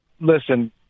Listen